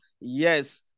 Yes